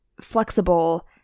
flexible